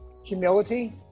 Humility